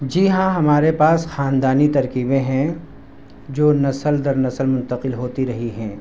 جی ہاں ہمارے پاس خاندانی ترکیبیں ہیں جو نسل در نسل منتقل ہوتی رہی ہیں